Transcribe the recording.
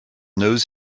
nose